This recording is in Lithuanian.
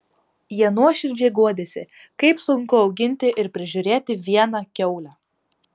jie nuoširdžiai guodėsi kaip sunku auginti ir prižiūrėti vieną kiaulę